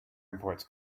imports